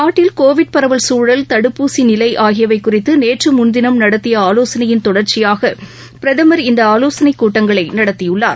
நாட்டில் கோவிட் பரவல் குழல் தடுப்பூசி நிலை ஆகியவை குறித்து நேற்று முன்தினம் நடத்திய ஆலோசனையின் தொடர்ச்சியாக பிரதமர் இந்த ஆலோசனை கூட்டங்களை நடத்தியுள்ளார்